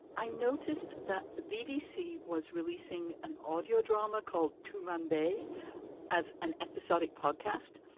i noticed that the bbc was releasing an audio drama called to monday as an episodic podcast.